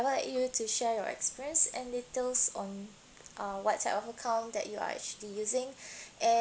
I like you to share your experience and details on uh what type of account that you are actually using and